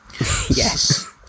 yes